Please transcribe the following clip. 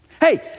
Hey